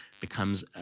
becomes